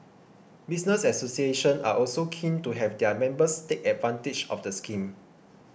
business associations are also keen to have their members take advantage of the scheme